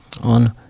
on